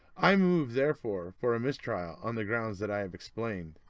i move therefore, for a mistrial on the grounds that i have explained.